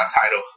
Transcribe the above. title